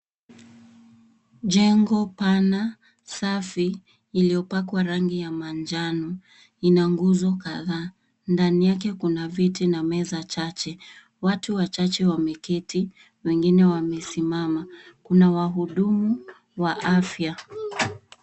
Jengo pana safi iliyopakwa rangi ya manjano ina nguzo kadhaa. Ndani yake kuna viti na meza chache. Watu wachache wameketi, wengine wamesimama. Kuna wahudumu wa afya.